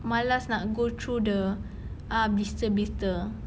malas nak go through ah the blister blister